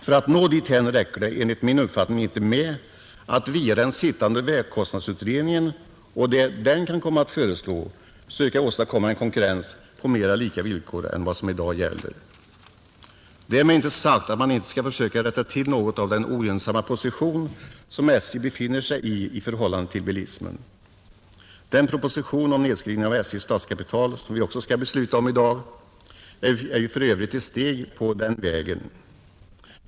För att nå dithän räcker det enligt min uppfattning inte med att via den sittande vägkostnadsutredningen och vad den kan komma att föreslå söka uppnå en konkurrens på mera lika villkor än som i dag gäller. Därmed är inte sagt att man inte skall försöka rätta till något av den ogynnsamma position som SJ befinner sig i gentemot bilismen. Den proposition om nedskrivning av SJs statskapital som vi också skall besluta om i dag är ju för övrigt ett steg på den vägen.